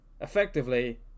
effectively